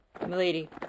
Milady